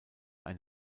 ein